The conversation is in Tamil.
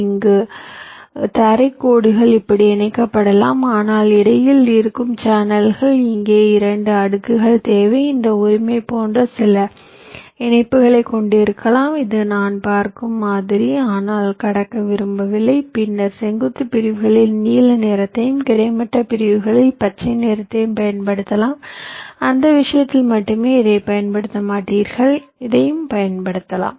இங்குள்ள தரை கோடுகள் இப்படி இணைக்கப்படலாம் ஆனால் இடையில் இருக்கும் சேனல்கள் இங்கே இரண்டு அடுக்குகள் தேவை இந்த உரிமை போன்ற சில இணைப்புகளை கொண்டிருக்கலாம் இது நான் பார்க்கும் மாதிரி ஆனால் கடக்க விரும்பவில்லை பின்னர் செங்குத்து பிரிவுகளில் நீல நிறத்தையும் கிடைமட்ட பிரிவுகளில் பச்சை நிறத்தையும் பயன்படுத்தலாம் அந்த விஷயத்தில் மட்டுமே இதைப் பயன்படுத்த மாட்டீர்கள் இதை பயன்படுத்தலாம்